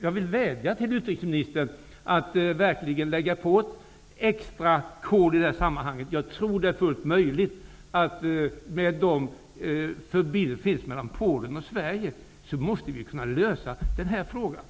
Jag vill vädja till utrikesministern att verkligen lägga på ett extra kol i detta sammanhang. Med de förbindelser som finns mellan Polen och Sverige måste den här frågan kunna lösas.